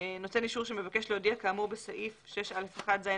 "נותן אישור שמבקש להודיע כאמור בסעיף 6א1(ז1)(6)",